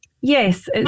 Yes